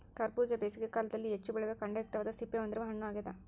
ಕರಬೂಜ ಬೇಸಿಗೆ ಕಾಲದಲ್ಲಿ ಹೆಚ್ಚು ಬೆಳೆಯುವ ಖಂಡಯುಕ್ತವಾದ ಸಿಪ್ಪೆ ಹೊಂದಿರುವ ಹಣ್ಣು ಆಗ್ಯದ